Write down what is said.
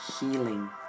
healing